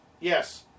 Yes